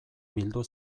bildu